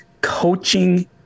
coaching